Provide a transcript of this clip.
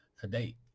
today